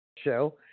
show